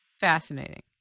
Fascinating